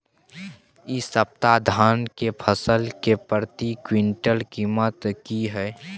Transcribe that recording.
इ सप्ताह धान के फसल के प्रति क्विंटल कीमत की हय?